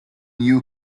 new